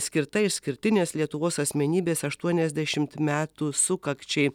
skirta išskirtinės lietuvos asmenybės aštuoniasdešimt metų sukakčiai